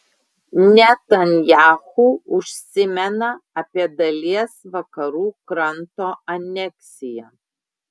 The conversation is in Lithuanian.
netanyahu užsimena apie dalies vakarų kranto aneksiją